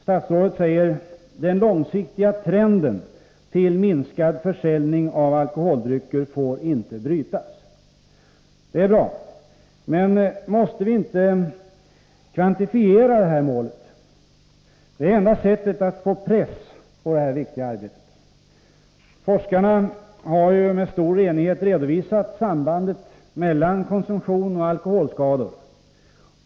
Statsrådet säger: ”Den långsiktiga trenden till minskad försäljning av alkoholdrycker får inte brytas.” Det är bra, men måste vi inte kvantifiera det här målet? Det är det enda sättet att få press på detta viktiga arbete. Forskarna har med stor enighet redovisat sambandet mellan konsumtion och alkoholskador.